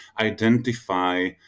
identify